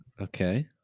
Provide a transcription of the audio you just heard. okay